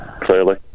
Clearly